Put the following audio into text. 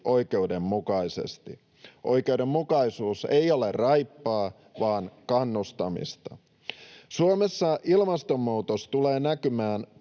oikeudenmukaisesti. Oikeudenmukaisuus ei ole raippaa vaan kannustamista. Suomessa ilmastonmuutos tulee näkymään